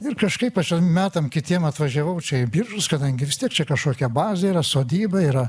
ir kažkaip aš metam kitiem atvažiavau čia į biržus kadangi vis tiek čia kažkokia bazė yra sodyba yra